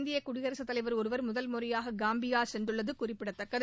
இந்திய குடியரசுத் தலைவா் ஒருவா் முதல் முறையாக காம்பியா சென்றுள்ளது குறிப்பிடத்தக்கது